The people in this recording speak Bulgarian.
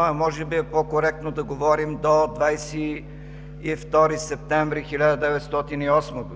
а може би е по коректно да говорим за 22 септември 1908 г.